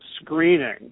screening